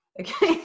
Okay